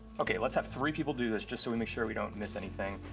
okay, let's have three people do this, just so we make sure we don't miss anything.